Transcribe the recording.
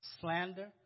slander